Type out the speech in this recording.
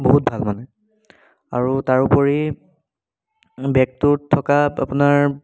বহুত ভাল মানে আৰু তাৰোপৰি বেগটোত থকা আপোনাৰ